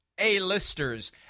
A-listers